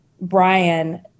Brian